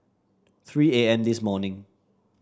three A M this morning